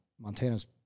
Montana's